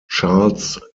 charles